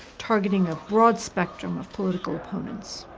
targeting abroad spectrum of political opponents.